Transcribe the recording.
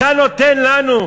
אתה נותן לנו,